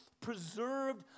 preserved